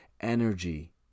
energy